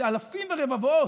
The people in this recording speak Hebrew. זה אלפים ורבבות.